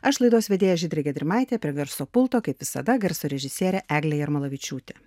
aš laidos vedėja žydrė gedrimaitė prie garso pulto kaip visada garso režisierė eglė jarmalavičiūtė